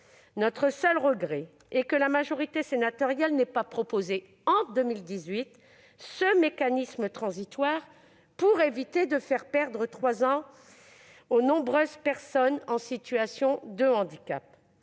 Notre seul regret est que la majorité sénatoriale n'ait pas proposé en 2018 ce mécanisme transitoire pour éviter de faire perdre 3 ans aux nombreuses personnes en situation de handicap.